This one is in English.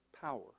power